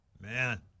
Man